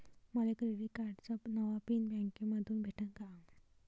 मले क्रेडिट कार्डाचा नवा पिन बँकेमंधून भेटन का?